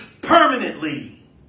permanently